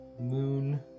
Moon